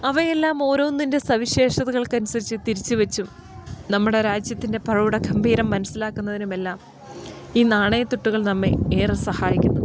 അവയെല്ലാം ഓരോന്നിൻ്റെ സവിശേഷതകൾക്ക് അനുസരിച്ച് തിരിച്ച് വെച്ചും നമ്മുടെ രാജ്യത്തിൻ്റെ പ്രൗഢഗംഭീരം മനസ്സിലാക്കുന്നതിനും എല്ലാം ഈ നാണയത്തുട്ടുകൾ നമ്മെ ഏറെ സഹായിക്കുന്നു